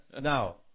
Now